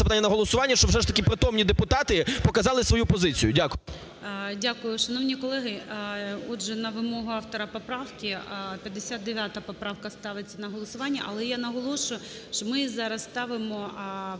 питання на голосування, щоб все ж таки притомні депутати показали свою позицію. Дякую. ГОЛОВУЮЧИЙ. Дякую. Шановні колеги, отже, на вимогу автора поправки 59 поправка ставиться на голосування. Але я наголошую, що ми її зараз ставимо